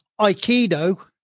aikido